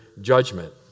judgment